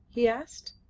he asked.